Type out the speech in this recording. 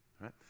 right